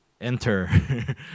enter